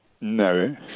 No